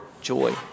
joy